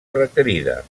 requerida